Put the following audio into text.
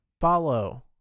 follow